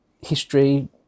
history